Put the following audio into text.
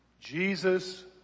Jesus